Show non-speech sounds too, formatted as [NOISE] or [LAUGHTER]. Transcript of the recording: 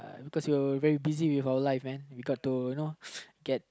because you're very busy with our life man we got to you know [BREATH] get